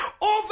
over